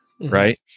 right